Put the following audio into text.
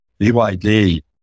BYD